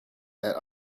that